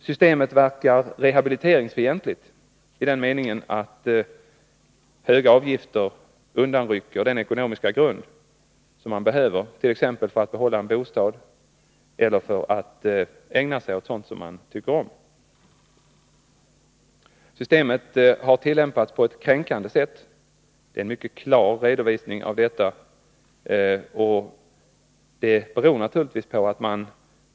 Systemet verkar rehabiliteringsfientligt i den meningen att höga avgifter undanrycker den ekonomiska grund som behövs t.ex. för att behålla en bostad eller för att ägna sig åt sådant som man tycker om. Systemet har tillämpats på ett kränkande sätt. Det finns en mycket klar redovisning av detta.